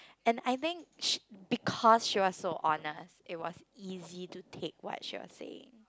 and I think she because she was so honest it was easy to take what she was saying